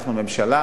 אנחנו הממשלה.